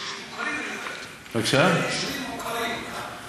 על יישובים מוכרים אני מדבר.